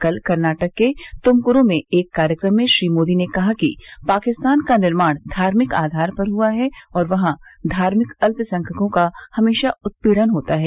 कल कर्नाटक के तुमकुरू में एक कार्यक्रम में श्री मोदी ने कहा कि पाकिस्तान का निर्माण धार्मिक आधार पर हुआ है और वहां धार्मिक अल्पसंख्यकों का हमेशा उत्पीड़न होता है